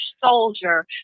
soldier